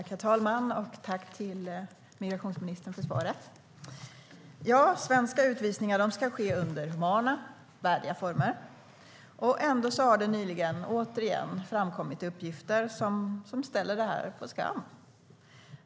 Herr talman! Jag tackar migrationsministern för svaret. Ja, svenska utvisningar ska ske under humana och värdiga former. Ändå har det nyligen, återigen, framkommit uppgifter som får detta att komma på skam.